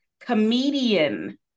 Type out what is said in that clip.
Comedian